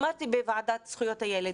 אמרתי בוועדת זכויות הילד,